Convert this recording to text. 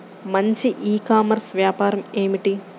మంచి e commerce వ్యాపారం ఏమిటీ?